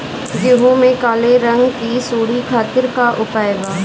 गेहूँ में काले रंग की सूड़ी खातिर का उपाय बा?